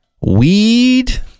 Weed